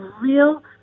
real